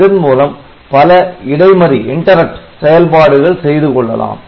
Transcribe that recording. இதன் மூலம் பல இடைமறி செயல்பாடுகள் செய்துகொள்ளலாம்